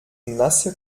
nasse